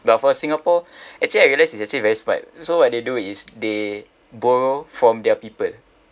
but for singapore actually I realised is actually very smart so what they do is they borrow from their people